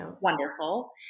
wonderful